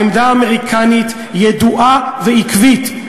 העמדה האמריקנית ידועה ועקבית,